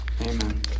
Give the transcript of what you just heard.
Amen